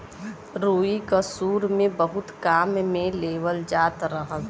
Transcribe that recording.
रुई क सुरु में बहुत काम में लेवल जात रहल